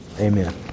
Amen